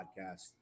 podcast